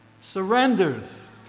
surrenders